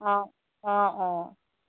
অঁ অঁ অঁ